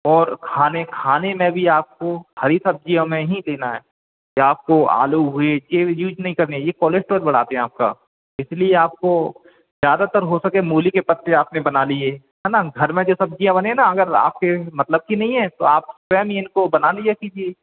और खाने खाने में भी आप को हरी सब्ज़ियों में ही देना है या आप को आलू हुए ये यूज नहीं करने ये कोलेस्ट्रोल बढ़ाते हें आप का इस लिए आप को ज़्यादातर हो सके मूली के पत्ते आपने बना लिए है ना घर में जो सब्ज़ियाँ बने ना अगर आप के मतलब की नहीं हैं तो आप स्वयं ही इनको बना लिया कीजिए